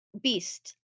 Beast